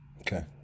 okay